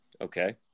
Okay